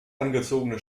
angezogene